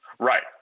Right